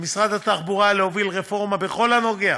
על משרד התחבורה להוביל רפורמה בכל הקשור